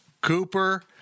Cooper